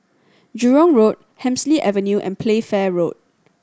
Jurong Road Hemsley Avenue and Playfair Road